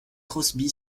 crosby